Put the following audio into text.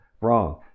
Wrong